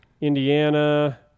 Indiana